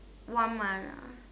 one month ah